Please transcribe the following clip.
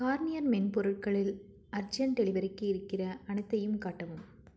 Garnier men பொருட்களில் urgent டெலிவரிக்கு இருக்கிற அனைத்தையும் காட்டவும்